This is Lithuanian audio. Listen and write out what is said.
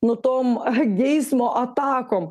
nu tom geismo atakom